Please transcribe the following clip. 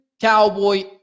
cowboy